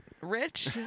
Rich